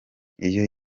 iyo